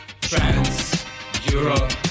Trans-Europe